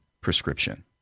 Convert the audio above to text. prescription